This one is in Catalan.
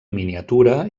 miniatura